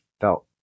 felt